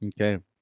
Okay